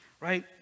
right